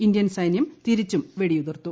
Indian സൈന്യം തിരിച്ചും വെടി ഉതിർത്തു